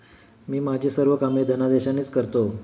मी माझी सर्व कामे धनादेशानेच करतो